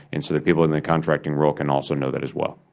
and sort of people in the contracting world can also know that as well.